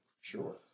sure